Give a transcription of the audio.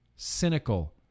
Cynical